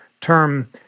term